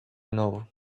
know